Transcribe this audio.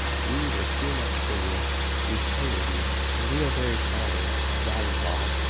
we were too much for you we tired you and we are very sorry that is all.